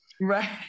right